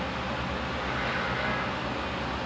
he always like uh cakap like